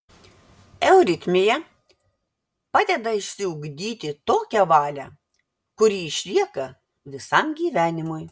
euritmija padeda išsiugdyti tokią valią kuri išlieka visam gyvenimui